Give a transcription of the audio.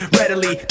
readily